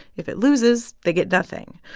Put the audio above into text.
if it loses, they get nothing.